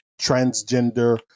transgender